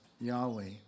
Yahweh